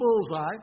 bullseye